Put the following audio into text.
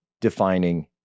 defining